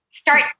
Start